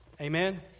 Amen